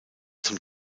zum